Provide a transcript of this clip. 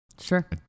Sure